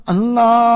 Allah